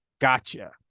gotcha